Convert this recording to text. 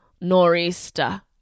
nor'easter